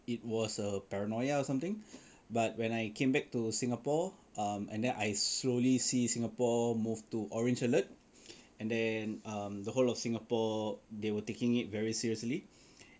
it was a paranoia or something but when I came back to Singapore um and then I slowly see Singapore move to orange alert and then um the whole of Singapore they were taking it very seriously